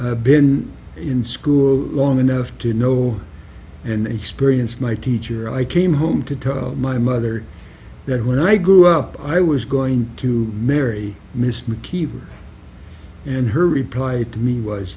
having been in school long enough to know and experience my teacher i came home to tell my mother that when i grew up i was going to marry miss mckeever and her reply to me was